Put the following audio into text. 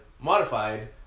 modified